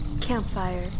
Campfire